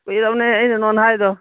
ꯀꯨꯏꯔꯕꯅꯦ ꯑꯩꯅ ꯅꯉꯣꯟꯗ ꯍꯥꯏꯔꯤꯗꯣ